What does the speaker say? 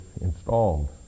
installed